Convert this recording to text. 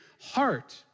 heart